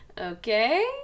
Okay